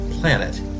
planet